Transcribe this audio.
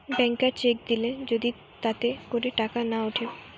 ব্যাংকার cheque দিলে যদি তাতে করে টাকা না উঠে